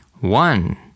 One